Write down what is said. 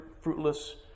fruitless